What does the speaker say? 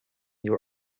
your